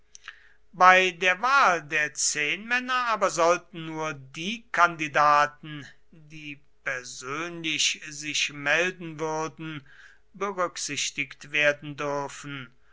bei der wahl der zehnmänner aber sollten nur die kandidaten die persönlich sich melden würden berücksichtigt werden dürfen